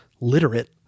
literate